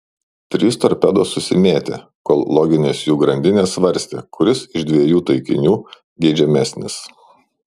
trys torpedos susimėtė kol loginės jų grandinės svarstė kuris iš dviejų taikinių geidžiamesnis